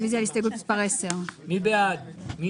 רוויזיה על הסתייגות מספר 8. מי בעד קבלת הרוויזיה?